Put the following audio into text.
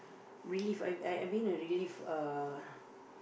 relief I I mean a relief uh